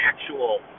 actual